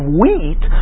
wheat